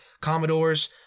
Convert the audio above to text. Commodores